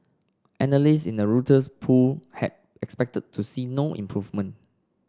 analysts in a Reuters poll had expected to see no improvement